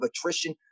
attrition